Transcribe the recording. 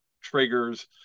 triggers